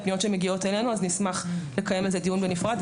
ויש פניות שמגיעות אלינו ונשמח לקיים על זה דיון בנפרד.